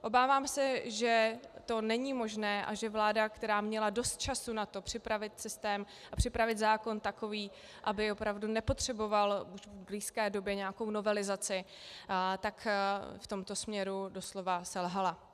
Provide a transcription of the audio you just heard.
Obávám se, že to není možné a že vláda, která měla dost času na to připravit systém a připravit zákon takový, aby opravdu nepotřeboval v blízké době nějakou novelizaci, v tomto směru doslova selhala.